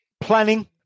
planning